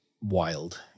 wild